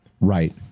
Right